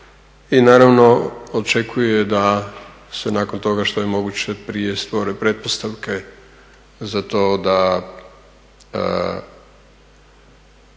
i naravno očekuje da se nakon toga što je moguće prije stvore pretpostavke za to da